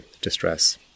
distress